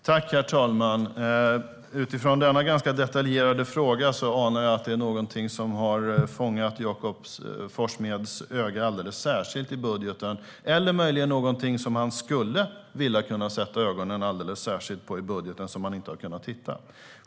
Herr talman! Denna ganska detaljerade fråga får mig att ana att det är något som har fångat Jakob Forssmeds öga alldeles särskilt i budgeten. Eller möjligen är det något han skulle vilja sätta ögonen alldeles särskilt på i budgeten som han inte har kunnat hitta.